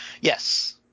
Yes